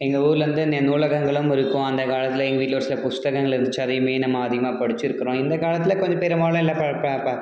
எங்கள் ஊரில் வந்து இந்த நூலகங்களும் இருக்கும் அந்த காலத்தில் எங்கள் வீட்டில் ஒரு சில புஸ்தகங்கள் இருந்துச்சு அதையுமே நம்ம அதிகமாக படிச்சுருக்குறோம் இந்த காலத்தில் கொஞ்சம் பெரும்பாலும் எல்லாம் ப ப ப